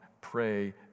pray